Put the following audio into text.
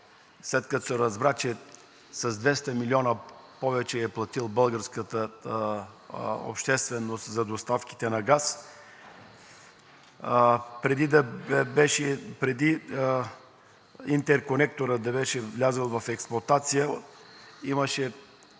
след като се разбра, че с 200 милиона повече е платила българската общественост за доставките на газ, преди интерконекторът да беше влязъл в експлоатация, имаше